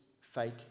fake